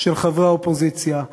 של חברי האופוזיציה.